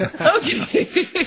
okay